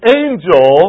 angel